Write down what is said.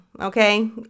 okay